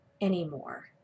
anymore